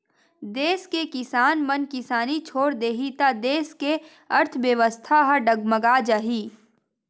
देस के किसान मन किसानी छोड़ देही त देस के अर्थबेवस्था ह डगमगा जाही